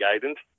guidance